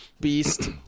Beast